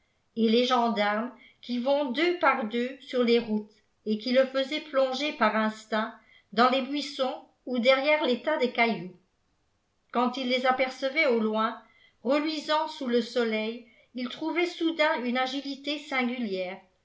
et les gendarmes qui vont deux par deux sur les routes et qui le faisaient plonger par instinct dans les buissons ou derrière les tas de cailloux quand il les apercevait au loin reluisants sous le soleil il trouvait soudain une agilité singulière